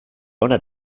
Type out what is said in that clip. onak